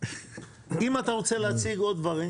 אם אתה רוצה להציג עוד דברים.